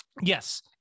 yes